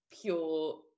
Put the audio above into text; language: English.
pure